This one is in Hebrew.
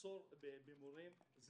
מחסור במורים.